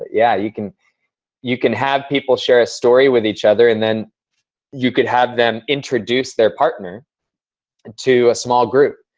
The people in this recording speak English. yeah you can you can have people share a story with each other, and then you could have them introduce their partner and to a small group.